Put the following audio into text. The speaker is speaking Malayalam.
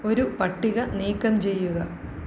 ഒരു പട്ടിക നീക്കം ചെയ്യുക